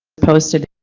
posted.